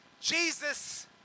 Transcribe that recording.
Jesus